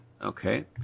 Okay